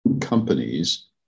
companies